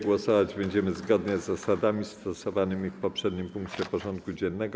Głosować będziemy zgodnie z zasadami stosowanymi w poprzednim punkcie porządku dziennego.